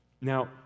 Now